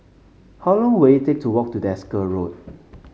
how long will it take to walk to Desker Road